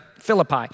Philippi